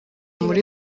muri